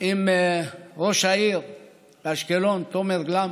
עם ראש העיר באשקלון תומר גלאם.